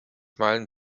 meilen